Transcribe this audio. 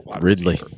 Ridley